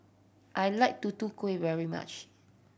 I like Tutu Kueh very much